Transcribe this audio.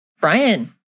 Brian